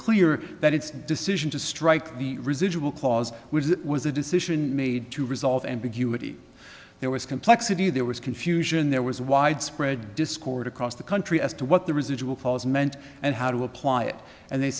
clear that its decision to strike the residual clause was it was a decision made to resolve ambiguity there was complexity there was confusion there was widespread discord across the country as to what the residual falls meant and how to apply it and they